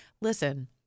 Listen